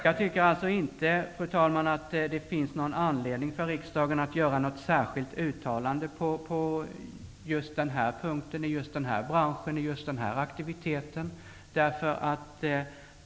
Jag tycker alltså inte, fru talman, att det finns anledning för riksdagen att göra något särskilt uttalande på just denna punkt, i fråga om just denna bransch och de här aktiviteterna.